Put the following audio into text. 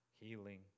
healing